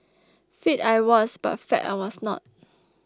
fit I was but fab I was not